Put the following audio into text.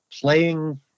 playing